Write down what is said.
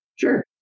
Sure